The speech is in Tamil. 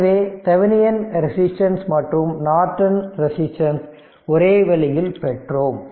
எனவே தெவெனின் ரெசிஸ்டன்ஸ் மற்றும் நார்டன் ரெசிஸ்டன்ஸ் ஒரே வழியில் பெற்றோம்